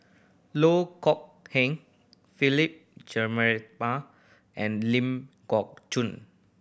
Loh Kok Heng Philip Jeyaretnam and Ling Geok Choon